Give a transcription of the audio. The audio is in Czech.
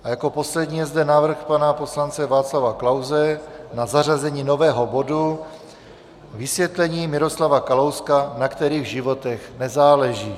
A jako poslední je zde návrh pana poslance Václava Klause na zařazení nového bodu Vysvětlení Miroslava Kalouska, na kterých životech nezáleží.